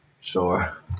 sure